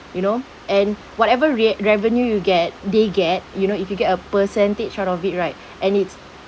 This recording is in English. you know and whatever rev~ revenue you get they get you know if you get a percentage out of it right and it's